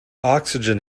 oxygen